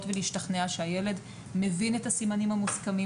ולהשתכנע שהילד מבין את הסימנים המוסכמים,